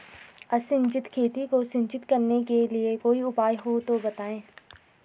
असिंचित खेती को सिंचित करने के लिए कोई उपाय हो तो बताएं?